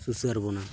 ᱥᱩᱥᱟᱹᱨ ᱵᱚᱱᱟ